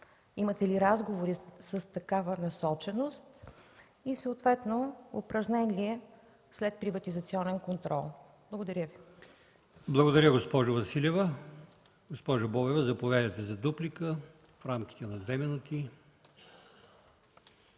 Имате ли разговори с такава насоченост и съответно упражнен ли е следприватизационен контрол? Благодаря Ви. ПРЕДСЕДАТЕЛ АЛИОСМАН ИМАМОВ: Госпожо Бобева, заповядайте за дуплика в рамките на две минути.